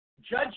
Judge